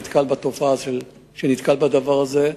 מה שמצופה משוטר שנתקל בדבר הזה,